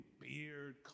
beard